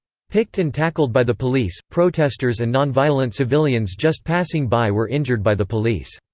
picked and tackled by the police, protesters and non-violent civilians just passing by were injured by the police.